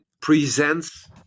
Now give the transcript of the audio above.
presents